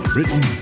Written